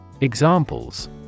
Examples